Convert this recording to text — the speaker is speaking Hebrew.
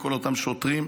לכל אותם שוטרים,